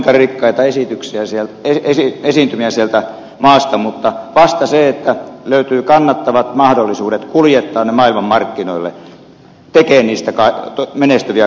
me saamme löytää vaikka kuinka rikkaita esiintymiä sieltä maasta mutta vasta se että löytyy kannattavat mahdollisuudet kuljettaa ne maailmanmarkkinoille tekee niistä menestyviä kaivoksia